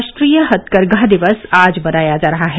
राष्ट्रीय हथकरघा दिवस आज मनाया जा रहा है